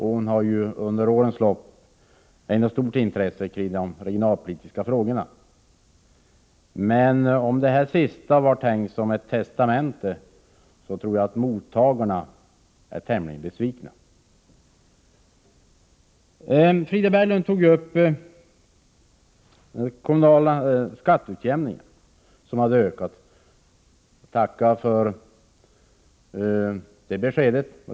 Hon har under årens lopp ägnat stort intresse åt de regionalpolitiska frågorna. Men om det här sista var tänkt som hennes testamente, tror jag att mottagarna blir tämligen besvikna. Frida Berglund tog upp den kommunala skatteutjämningen och sade att den har ökat. Jag är glad för det beskedet.